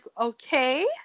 okay